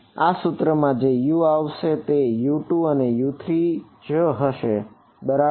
તેથી આ સૂત્રમાં જે U આવશે તે U2 અને U3 જ હશે બરાબર